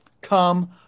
come